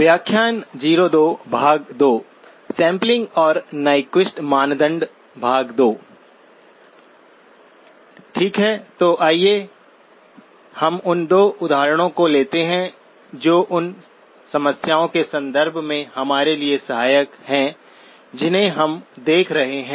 ठीक है तो आइए हम उन दो उदाहरणों को लेते हैं जो उन समस्याओं के संदर्भ में हमारे लिए सहायक हैं जिन्हें हम देख रहे हैं